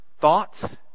thoughts